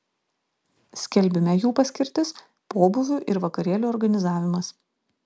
skelbime jų paskirtis pobūvių ir vakarėlių organizavimas